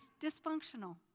dysfunctional